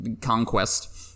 conquest